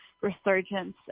resurgence